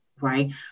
right